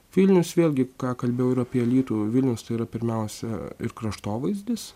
vilnius vėlgi ką kalbėjau ir apie alytų vilnius tai yra pirmiausia ir kraštovaizdis